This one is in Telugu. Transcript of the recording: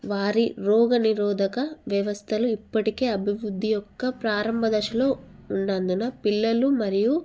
వారి రోగనిరోధక వ్యవస్థలు ఇప్పటికి అభివృద్ధి యొక్క ప్రారంభ దశలో ఉన్నందున పిల్లలు మరియు